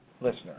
listener